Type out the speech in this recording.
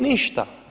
Ništa.